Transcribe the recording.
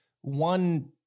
one